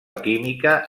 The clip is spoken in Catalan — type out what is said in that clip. química